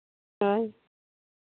ᱦᱳᱭ